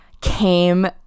came